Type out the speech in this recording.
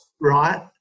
right